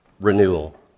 renewal